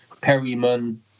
Perryman